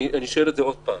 אני שואל עוד פעם,